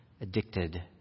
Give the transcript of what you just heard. addicted